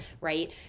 right